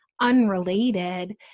unrelated